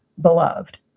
beloved